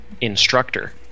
instructor